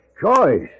choice